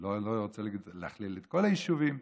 לא רוצה להכליל את כל היישובים,